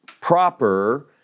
proper